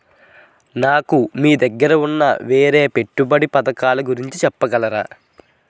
నాకు మీ దగ్గర ఉన్న వేరే పెట్టుబడి పథకాలుగురించి చెప్పగలరా?